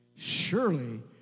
Surely